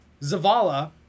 Zavala